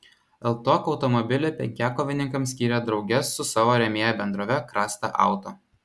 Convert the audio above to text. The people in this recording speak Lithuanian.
ltok automobilį penkiakovininkams skyrė drauge su savo rėmėja bendrove krasta auto